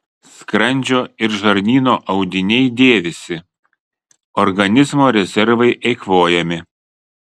skrandžio ir žarnyno audiniai dėvisi organizmo rezervai eikvojami